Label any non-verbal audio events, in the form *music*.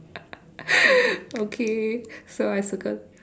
*laughs* okay so I circle